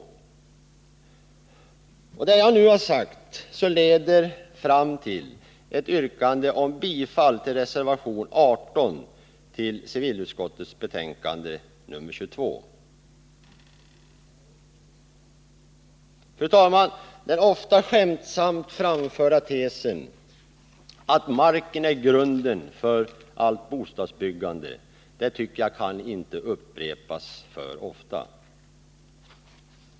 Det jag nu har sagt leder fram till ett yrkande om bifall till reservation 18 till civilutskottets betänkande nr 22. Fru talman! Den ofta skämtsamt framförda tesen att marken är grunden för allt bostadsbyggande tycker jag inte kan upprepas för ofta.